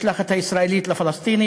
לא על-ידי המשלחת הישראלית לפלסטינית.